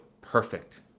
perfect